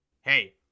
Hey